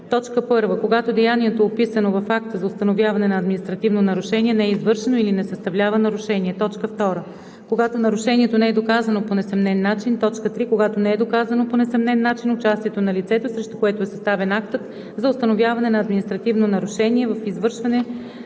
1. когато деянието, описано в акта за установяване на административно нарушение, не е извършено или не съставлява нарушение; 2. когато нарушението не е доказано по несъмнен начин; 3. когато не е доказано по несъмнен начин участието на лицето, срещу което е съставен актът за установяване на административно нарушение, в извършване